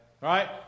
right